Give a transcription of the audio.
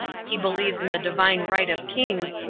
he believes in the divine right of kings,